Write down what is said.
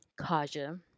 Kaja